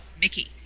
Mickey